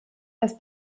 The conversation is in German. dass